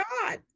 God